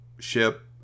ship